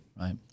Right